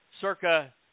circa